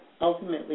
ultimately